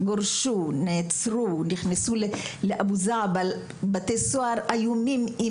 גורשו; נעצרו; נכנסו לבתי סוהר איומים,